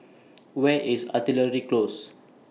Where IS Artillery Close